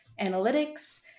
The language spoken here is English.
analytics